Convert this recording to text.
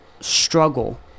struggle